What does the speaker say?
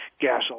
gasoline